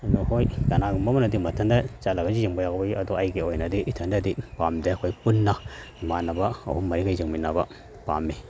ꯑꯗꯨ ꯍꯣꯏ ꯀꯅꯥꯒꯨꯝꯕ ꯑꯃꯅꯗꯤ ꯃꯊꯟꯗ ꯆꯠꯂꯒꯁꯨ ꯌꯦꯡꯕ ꯌꯥꯎꯋꯤ ꯑꯗꯨ ꯑꯩꯒꯤ ꯑꯣꯏꯅꯗꯤ ꯏꯊꯟꯗꯗꯤ ꯄꯥꯝꯗꯦ ꯑꯩꯈꯣꯏ ꯄꯨꯟꯅ ꯏꯃꯥꯟꯅꯕ ꯑꯍꯨꯝ ꯃꯔꯤꯒ ꯌꯦꯡꯃꯤꯟꯅꯕ ꯄꯥꯝꯃꯤ